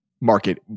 market